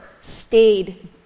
stayed